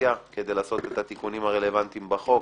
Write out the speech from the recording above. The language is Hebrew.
רוויזיה כדי לעשות את התיקונים הרלוונטיים בחוק.